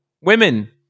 women